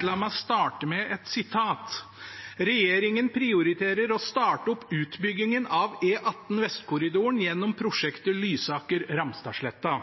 La meg starte med et sitat: «Regjeringen prioriterer å starte opp utbyggingen av E18 Vestkorridoren gjennom prosjektet Lysaker–Ramstadsletta.»